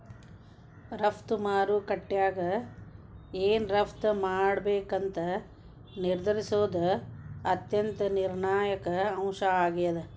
ರಫ್ತು ಮಾರುಕಟ್ಯಾಗ ಏನ್ ರಫ್ತ್ ಮಾಡ್ಬೇಕಂತ ನಿರ್ಧರಿಸೋದ್ ಅತ್ಯಂತ ನಿರ್ಣಾಯಕ ಅಂಶ ಆಗೇದ